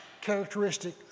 characteristic